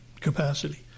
capacity